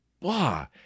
wow